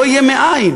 לא יהיה מאין,